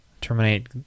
terminate